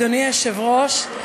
אדוני היושב-ראש,